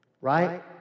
right